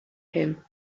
him